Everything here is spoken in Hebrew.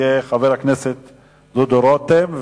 חבר הכנסת דודו רותם,